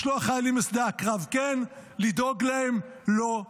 לשלוח חיילים משדה הקרב כן, לדאוג להם, לא,